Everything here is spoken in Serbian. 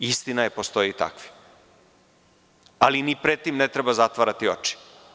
Istina je, postoje i takvi, ali ni pred tim ne treba zatvarati oči.